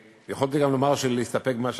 יכולתי גם לומר להסתפק במה שאמרתי,